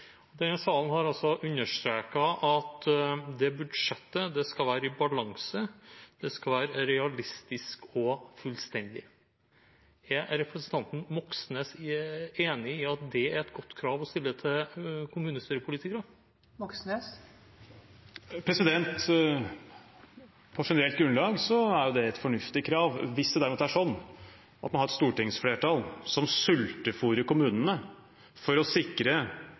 Denne salen har også understreket at dette budsjettet skal være i balanse, og det skal være realistisk og fullstendig. Er representanten Moxnes enig i at det er et godt krav å stille til kommunestyrepolitikere? På generelt grunnlag er jo det et fornuftig krav. Hvis det derimot er sånn at man har et stortingsflertall som sultefôrer kommunene for å sikre